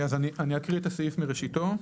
אז אני אקריא את הסעיף מראשיתו.